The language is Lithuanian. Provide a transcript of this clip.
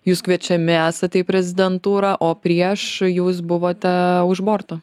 jūs kviečiami esate į prezidentūrą o prieš jūs buvote už borto